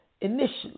initially